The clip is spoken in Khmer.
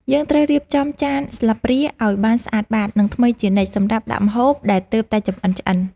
យើងត្រូវរៀបចំចានស្លាបព្រាឱ្យបានស្អាតបាត និងថ្មីជានិច្ចសម្រាប់ដាក់ម្ហូបដែលទើបតែចម្អិនឆ្អិន។